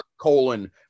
colon